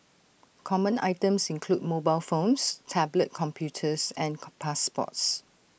common items include mobile phones tablet computers and car passports